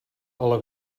ale